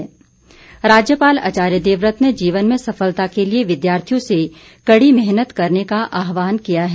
राज्यपाल राज्यपाल आचार्य देववत ने जीवन में सफलता के लिए विद्यार्थियों से कड़ी मेहनत करने का आहवान किया है